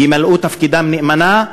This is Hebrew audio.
ימלאו תפקידם נאמנה,